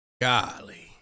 Golly